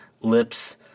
Lips